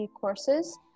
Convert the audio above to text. courses